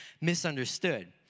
misunderstood